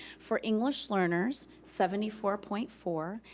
for english learners, seventy four point four,